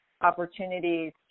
opportunities